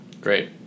Great